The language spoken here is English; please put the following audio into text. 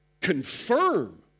Confirm